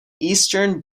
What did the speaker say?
eastern